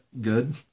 good